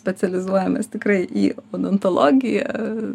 specializuojamės tikrai į odontologiją